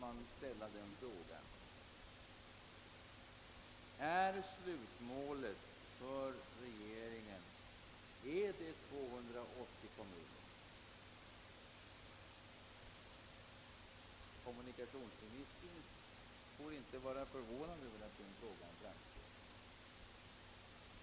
Slutligen vill jag fråga om slutmålet för regeringen är 280 kommuner. Kommunikationsministern får inte bli förvånad över att den frågan ställes.